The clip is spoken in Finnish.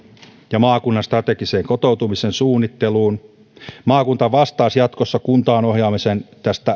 ja maakunnan strategiseen kotoutumisen suunnitteluun maakunta vastaisi jatkossa kuntaan ohjaamisen